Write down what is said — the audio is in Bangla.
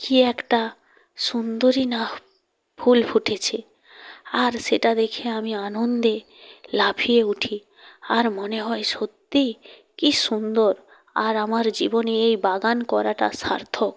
কী একটা সুন্দরই না ফুল ফুটেছে আর সেটা দেখে আমি আনন্দে লাফিয়ে উঠি আর মনে হয় সত্যিই কী সুন্দর আর আমার জীবনে এই বাগান করাটা সার্থক